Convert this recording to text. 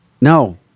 No